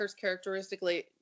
characteristically